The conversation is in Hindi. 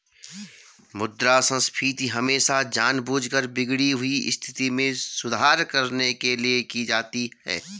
मुद्रा संस्फीति हमेशा जानबूझकर बिगड़ी हुई स्थिति में सुधार करने के लिए की जाती है